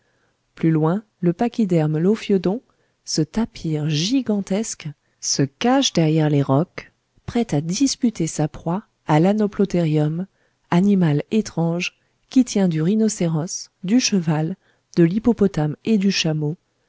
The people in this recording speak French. plus loin le pachyderme lophiodon ce tapir gigantesque se cache derrière les rocs prêt à disputer sa proie à l'anoplotherium animal étrange qui tient du rhinocéros du cheval de l'hippopotame et du chameau